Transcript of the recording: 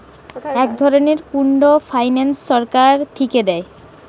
এক ধরনের pooled finance সরকার থিকে দেয়